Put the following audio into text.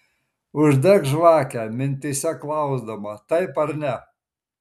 uždek žvakę mintyse klausdama taip ar ne